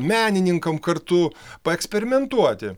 menininkam kartu paeksperimentuoti